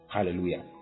Hallelujah